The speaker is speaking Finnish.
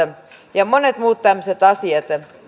ja monet muut tämmöiset asiat